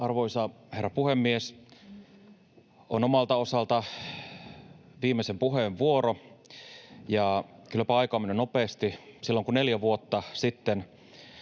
Arvoisa herra puhemies! On omalta osaltani viimeisen puheen vuoro. Kylläpä aika on mennyt nopeasti. Silloin kun neljä vuotta sitten